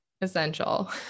essential